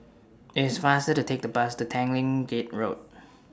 IT IS faster to Take The Bus to Tanglin Gate Road